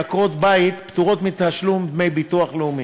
עקרות-בית פטורות מתשלום דמי ביטוח לאומי,